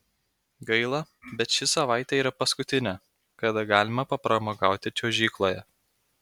gaila bet ši savaitė yra paskutinė kada galima papramogauti čiuožykloje